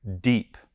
deep